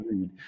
read